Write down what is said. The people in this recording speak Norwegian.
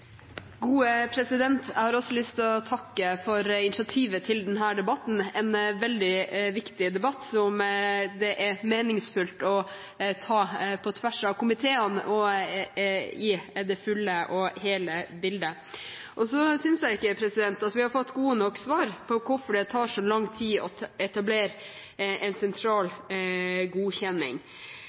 Jeg har også lyst til å takke for initiativet til denne debatten – en veldig viktig debatt, som det er meningsfullt å ta på tvers av komiteene og gi det fulle og hele bildet. Jeg synes ikke vi har fått gode nok svar på hvorfor det tar så lang tid å etablere en sentral godkjenning.